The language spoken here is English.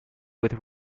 with